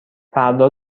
فردا